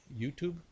YouTube